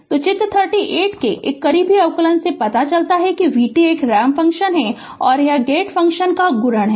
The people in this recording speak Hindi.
तो चित्र 38 के एक करीबी अवलोकन से पता चलता है कि v t एक रैंप फ़ंक्शन और एक गेट फ़ंक्शन का गुणन है